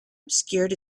obscured